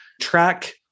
track